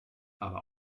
aber